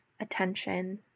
attention